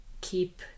keep